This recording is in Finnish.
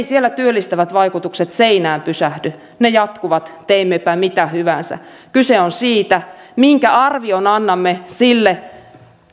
siellä työllistävät vaikutukset seinään pysähdy ne jatkuvat teimmepä mitä hyvänsä kyse on siitä minkä arvion annamme sille